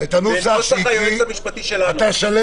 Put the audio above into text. היועץ המשפטי לממשלה יציג את